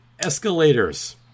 escalators